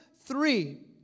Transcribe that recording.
three